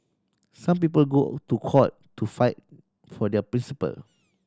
some people go to court to fight for their principle